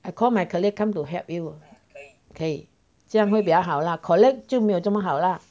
I call my colleague come to help 可以这样会比较好啦 collect 就没有这么好啦